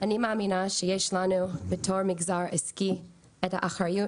אני מאמינה שיש לנו בתור מגזר עסקי את האחריות